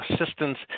assistance